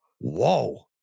Whoa